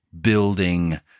building